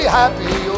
happy